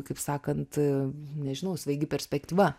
kaip sakant nežinau svaigi perspektyva